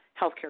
healthcare